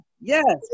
Yes